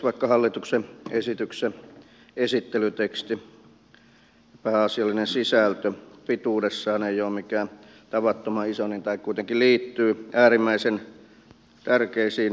vaikka hallituksen esityksen esittelytekstin pääasiallinen sisältö pituudessaan ei ole mikään tavattoman iso niin tämä kuitenkin liittyy äärimmäisen tärkeisiin asioihin